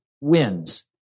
wins